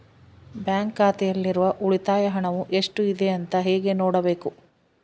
Bank ಖಾತೆಯಲ್ಲಿರುವ ಉಳಿತಾಯ ಹಣವು ಎಷ್ಟುಇದೆ ಅಂತ ಹೇಗೆ ನೋಡಬೇಕು?